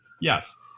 yes